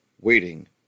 waiting